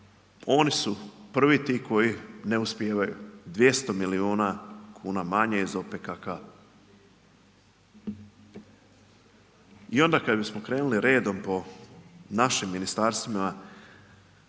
oni su prvi ti koji ne uspijevaju. 200 milijuna kuna manje iz OPKK. I onda kad bismo krenuli redom po našim ministarstvima,